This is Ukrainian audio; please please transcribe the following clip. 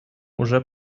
уже